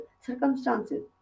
circumstances